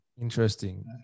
Interesting